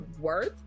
worth